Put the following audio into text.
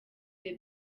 the